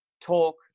talk